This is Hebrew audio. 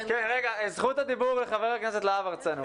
זכות הדיבור לחבר הכנסת להב הרצנו.